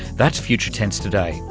that's future tense today,